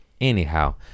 Anyhow